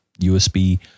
USB